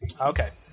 Okay